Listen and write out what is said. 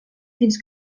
fins